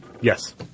Yes